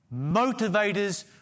motivators